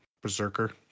berserker